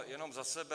Jenom za sebe.